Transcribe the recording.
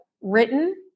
written